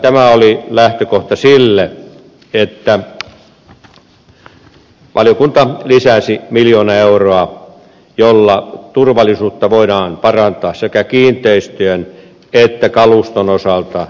tämä oli lähtökohta sille että valiokunta lisäsi miljoona euroa joilla turvallisuutta voidaan parantaa sekä kiinteistöjen että kaluston osalta